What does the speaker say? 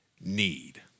need